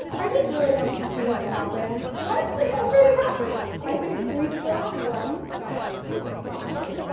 i just really wanted to see what would happen. honestly, i'm pretty happy. i think we still have one that's promising.